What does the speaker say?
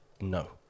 no